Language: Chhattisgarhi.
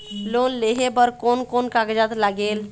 लोन लेहे बर कोन कोन कागजात लागेल?